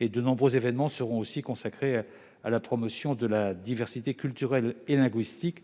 De nombreux événements seront également consacrés à la promotion de la diversité culturelle et linguistique,